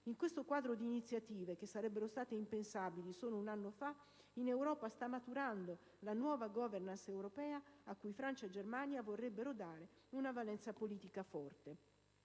In questo quadro di iniziative, impensabili solo un anno fa, in Europa sta maturando la nuova *governance* europea a cui Francia e Germania vorrebbero dare una forte valenza politica.